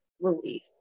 relief